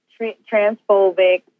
Transphobic